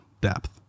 depth